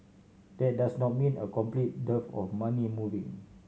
that does not mean a complete dearth of money moving